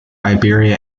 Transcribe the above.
iberia